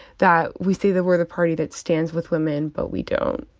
that we say that we're the party that stands with women, but we don't.